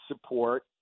support